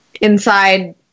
inside